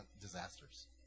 disasters